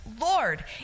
Lord